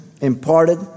imparted